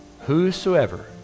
Whosoever